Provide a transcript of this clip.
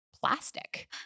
plastic